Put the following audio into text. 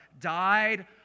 died